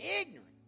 ignorant